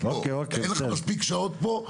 אין לך מספיק שעות פה,